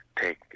take